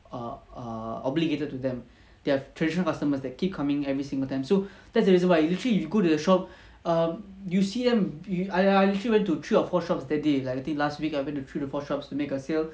err err obligated to them their tradition customers that keep coming every single time so that's the reason why you literally you go to the shop um you see them I I literally went to three or four shops that day like I think last week I went to three to four shops to make a sale